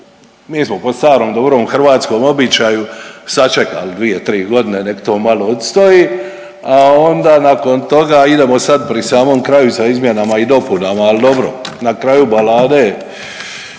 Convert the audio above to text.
mi smo po starom dobrom hrvatskom običaju sačekali dvije, tri godine nek to malo odstoji, a onda nakon toga idemo sad pri samom kraju sa izmjenama i dopunama. Al dobro, na kraju balade